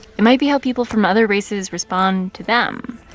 it might be how people from other races respond to them.